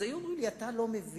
אז היו אומרים לי: אתה לא מבין.